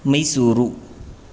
Mysuru